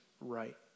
right